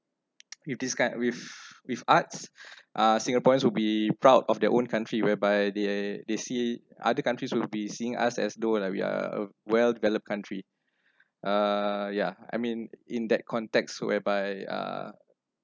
if this guide with with arts uh singaporeans would be proud of their own country whereby they they see other countries will be seeing us as though like we are a well developed country uh yeah I mean in that context whereby uh